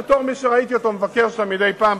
בתור מי שראיתי אותו בטלוויזיה מבקר שם מדי פעם,